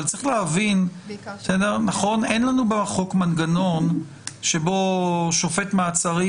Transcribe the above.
צריך להבין שאין לנו בחוק מנגנון שבו שופט מעצרים